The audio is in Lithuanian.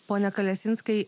pone kalesinskai